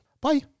Bye